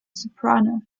soprano